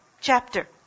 Chapter